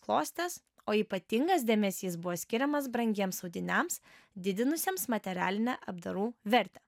klostės o ypatingas dėmesys buvo skiriamas brangiems audiniams didinusiems materialinę apdarų vertę